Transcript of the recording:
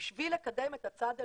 בשביל לקדם את הצד הלאומי,